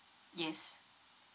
yes